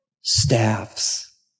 staffs